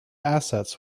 assets